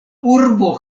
urbo